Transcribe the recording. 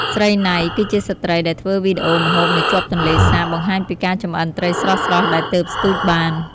ស្រីណៃ គឺជាស្ត្រីដែលធ្វើវីដេអូម្ហូបនៅជាប់ទន្លេសាប បង្ហាញពីការចម្អិនត្រីស្រស់ៗដែលទើបស្ទូចបាន។